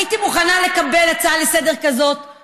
הייתי מוכנה לקבל הצעה כזאת לסדר-היום